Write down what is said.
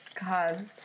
God